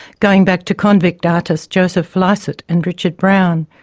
going back to convict artists joseph lycett and richard browne.